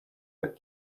but